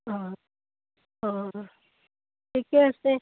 অঁ অঁ ঠিকে আছে